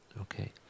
okay